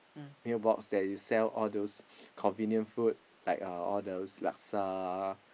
meal box that sells all those convenient food like those laska